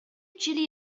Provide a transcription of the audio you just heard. chili